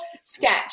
sketch